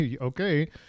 okay